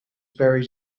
buried